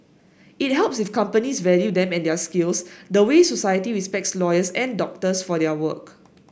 it helps if companies value them and their skills the way society respects lawyers and doctors for their work